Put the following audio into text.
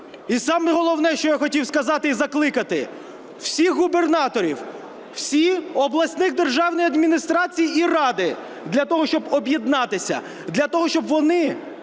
І саме головне, що я хотів сказати і закликати всіх губернаторів, всі обласні державні адміністрації і ради для того, щоб об'єднатися, для того, щоб вони